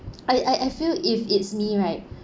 I I I feel if it's me right